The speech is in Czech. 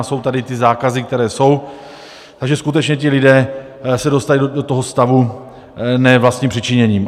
Jsou tady ty zákazy, které jsou, takže skutečně ti lidé se dostali do tohoto stavu ne vlastním přičiněním.